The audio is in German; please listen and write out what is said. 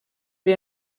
wir